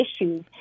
issues